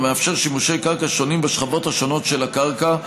המאפשר שימושי קרקע שונים בשכבות השונות של הקרקע,